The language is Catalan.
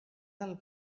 del